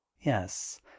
Yes